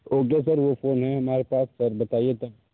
okay sir वो phone है हमारे पास सर बताइए तब